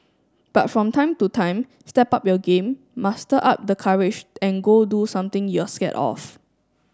but from time to time step up your game muster up the courage and go do something you're scared of